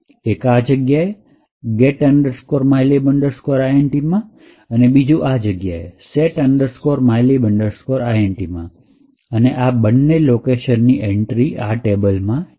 એક આ જગ્યા get mylib intમામાં અને બીજું આ જગ્યાએ set mylib intમાં અને આ બન્ને લોકેશન ની એન્ટ્રી આ ટેબલમાં છે